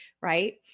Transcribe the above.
right